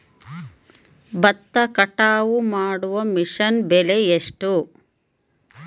ಭತ್ತ ಕಟಾವು ಮಾಡುವ ಮಿಷನ್ ಬೆಲೆ ಎಷ್ಟು?